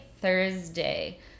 Thursday